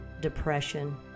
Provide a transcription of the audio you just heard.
depression